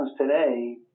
today